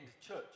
church